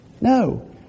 No